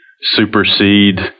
supersede